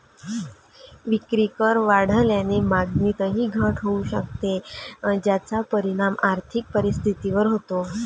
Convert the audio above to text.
विक्रीकर वाढल्याने मागणीतही घट होऊ शकते, ज्याचा परिणाम आर्थिक स्थितीवर होतो